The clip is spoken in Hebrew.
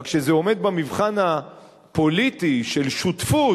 רק שזה עומד במבחן הפוליטי של שותפות